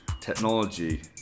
technology